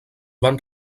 van